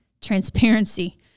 transparency